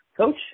Coach